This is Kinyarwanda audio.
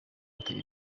hotel